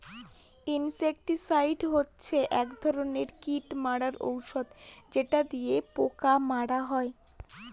insecticide হচ্ছে এক ধরনের কীট মারার ঔষধ যেটা দিয়ে পোকা মারা হয়